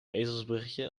ezelsbruggetje